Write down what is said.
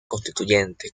constituyente